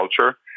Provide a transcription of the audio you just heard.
culture